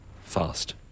Fast